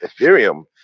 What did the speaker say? ethereum